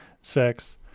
sex